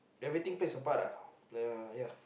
everything plays a part uh ya